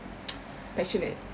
passionate